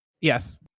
Yes